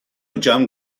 جمع